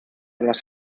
las